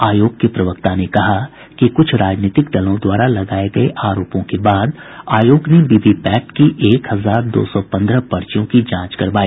आयोग के प्रवक्ता ने कहा कि कुछ राजनीतिक दलों द्वरा लगाये गये आरोपों के बाद आयोग ने वीवीपैट की एक हजार दो सौ पन्द्रह पर्चियों की जांच करवाई